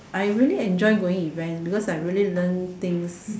I really enjoy going events because I really learn things